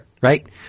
Right